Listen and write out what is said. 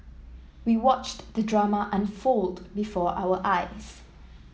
we watched the drama unfold before our eyes